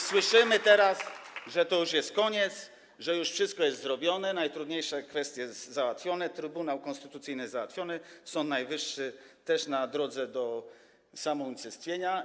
Słyszymy, że to jest już koniec, że już wszystko jest zrobione, najtrudniejsze kwestie załatwione, Trybunał Konstytucyjny załatwiony, Sąd Najwyższy też na drodze do samounicestwienia.